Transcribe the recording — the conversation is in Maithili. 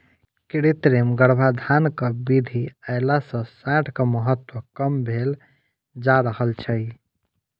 कृत्रिम गर्भाधानक विधि अयला सॅ साँढ़क महत्त्व कम भेल जा रहल छै